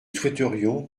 souhaiterions